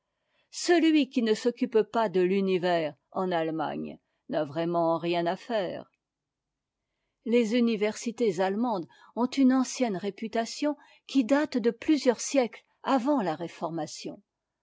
celui qui ne s'occupe pas de l'univers en allemagne n'a vraiment rien à faire les universités allemandes ont une ancienne réputation qui date de plusieurs siècles avant la réformation